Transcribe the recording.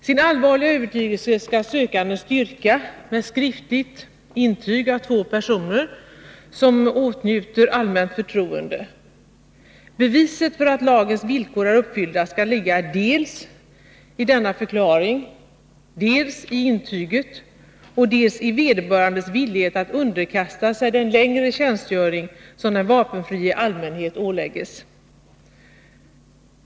Sin allvarliga övertygelse skall sökanden styrka med skriftligt intyg av två personer som åtnjuter allmänt förtroende. Beviset för att lagens villkor är uppfyllda skall ligga dels i denna förklaring, dels i intyget, dels i vederbörandes villighet att underkasta sig den längre tjänstgöring som den vapenfrie i allmänhet åläggs.